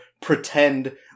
pretend